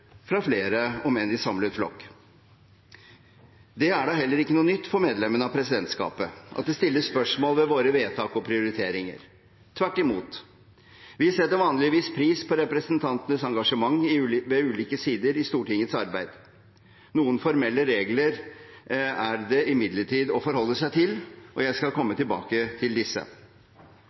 fra flere – om enn i samlet flokk. Det er da heller ikke noe nytt for medlemmene av presidentskapet at det stilles spørsmål ved våre vedtak og prioriteringer. Tvert imot – vi setter vanligvis pris på representantenes engasjement ved ulike sider i Stortingets arbeid. Noen formelle regler er det imidlertid å forholde seg til. Jeg skal komme tilbake til disse.